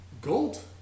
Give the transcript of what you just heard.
Gold